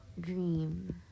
dream